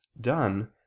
done